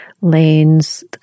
Lane's